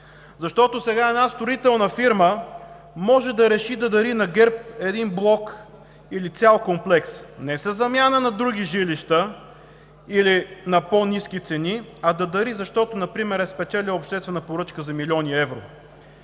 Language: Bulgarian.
Защото сега една строителна фирма може да реши да дари на ГЕРБ блок или цял комплекс не със замяна на други жилища или на по ниски цени, а да дари, защото например е спечелила обществена поръчка за милиони евро.